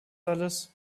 alles